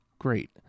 Great